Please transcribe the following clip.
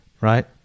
Right